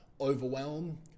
overwhelm